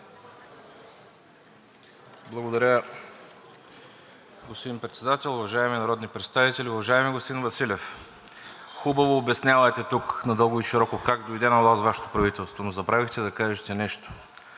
Благодаря, господин Председател. Уважаеми народни представители! Уважаеми господин Василев, хубаво обяснявате тук надълго и нашироко как дойде на власт Вашето правителство, но забравихте да кажете нещо.